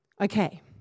Okay